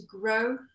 grow